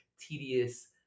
tedious